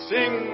Sing